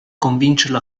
convincerlo